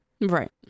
Right